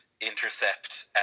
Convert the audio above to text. intercept